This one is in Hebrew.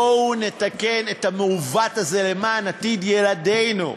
בואו נתקן את המעוות הזה למען עתיד ילדינו,